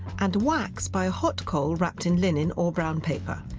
and wax by a hot coal wrapped in linen or brown paper.